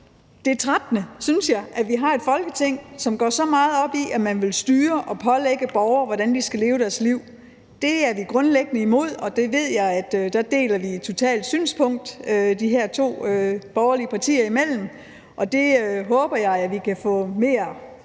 synes jeg, at vi har et Folketing, som går så meget op i at styre og pålægge borgere, hvordan de skal leve deres liv. Det er vi grundlæggende imod, og jeg ved, at der deler vi, de her to borgerlige partier imellem, totalt synspunkt. Og det håber jeg vi kan få mere